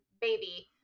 baby